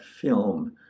film